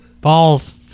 Balls